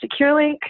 SecureLink